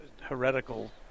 heretical